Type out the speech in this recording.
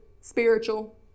spiritual